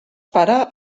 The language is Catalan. para